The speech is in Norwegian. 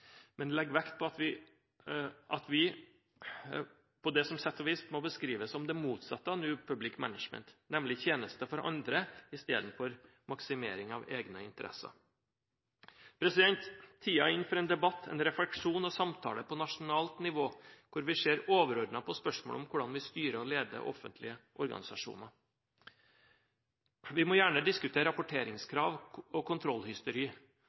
men det bør legges vekt på det som på sett og vis må beskrives som det motsatte av New Public Management, nemlig tjenester for andre i stedet for maksimering av egne interesser. Tiden er inne for en debatt, en refleksjon og samtale på nasjonalt nivå, hvor vi ser overordnet på spørsmålet om hvordan vi styrer og leder offentlige organisasjoner. Vi må gjerne diskutere rapporteringskrav og kontrollhysteri.